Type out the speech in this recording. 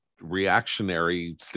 reactionary